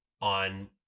on